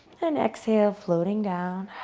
and exhale floating down.